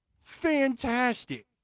fantastic